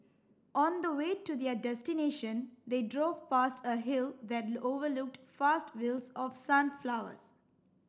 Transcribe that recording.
on the way to their destination they drove past a hill that overlooked vast fields of sunflowers